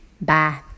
Bye